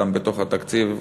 גם בתוך התקציב,